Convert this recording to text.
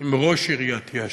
עם ראש עיריית יאש,